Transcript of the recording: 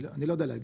אני לא יודע להגיד,